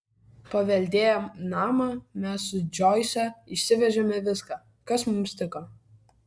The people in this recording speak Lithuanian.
paveldėję namą mes su džoise išsivežėme viską kas mums tiko